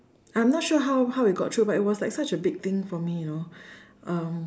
I'm not sure how how it got through but it was like such a big thing for me you know um